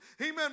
Amen